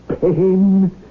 pain